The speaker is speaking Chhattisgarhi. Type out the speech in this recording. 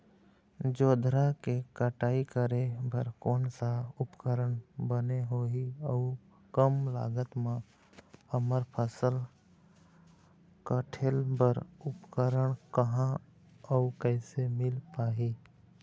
जोंधरा के कटाई करें बर कोन सा उपकरण बने होही अऊ कम लागत मा हमर फसल कटेल बार उपकरण कहा अउ कैसे मील पाही?